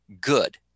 good